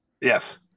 Yes